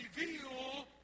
reveal